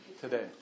Today